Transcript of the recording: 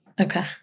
Okay